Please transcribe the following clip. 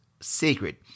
secret